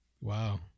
wow